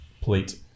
plate